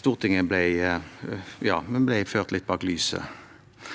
Stortinget ble ført litt bak lyset.